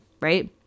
right